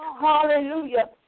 hallelujah